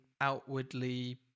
outwardly